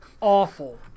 awful